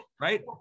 right